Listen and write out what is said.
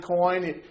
coin